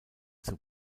zur